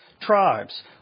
tribes